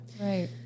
Right